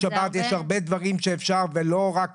שירות שבת ויש כל כך הרבה דברים שאפשר ולא רק